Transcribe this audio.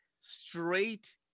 straight